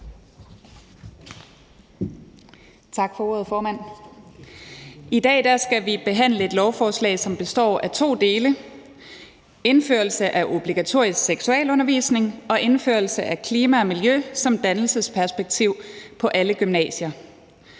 I dag skal vi behandle et lovforslag, som består af to dele: indførelse af obligatorisk seksualundervisning og indførelse af klima og miljø som dannelsesperspektiver på alle gymnasier.